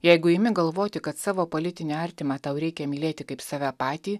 jeigu imi galvoti kad savo politinį artimą tau reikia mylėti kaip save patį